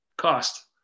cost